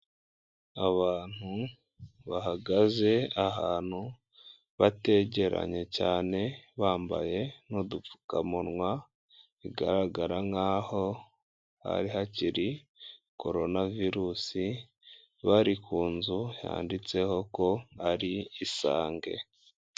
Abantu bahagaze ahantu bategeranye cyane bambaye n'udupfukamunwa, bigaragara nkaho hari hakiri korona virusi bari ku nzu yanditseho ko ari isange.